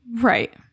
right